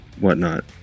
whatnot